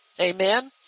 Amen